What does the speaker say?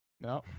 No